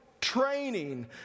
training